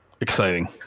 Exciting